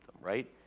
right